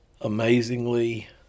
Amazingly